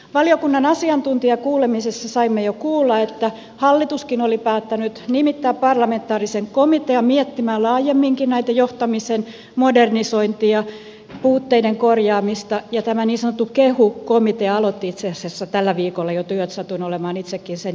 valiokunnan asiantuntijakuulemisessa saimme jo kuulla että hallituskin oli päättänyt nimittää parlamentaarisen komitean miettimään laa jemminkin johtamisen modernisointia puutteiden korjaamista ja tämä niin sanottu kehu komitea aloitti itse asiassa jo tällä viikolla työt satun olemaan itsekin sen jäsen